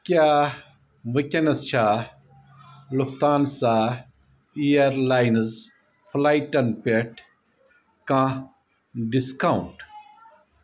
کیٛاہ وٕنۍکینس چھا لُفتھان سا اِیَر لاینٕز فٕلایٹن پیٹھ کانٛہہ ڈِسکاوُنٹ